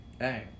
Hey